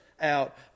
out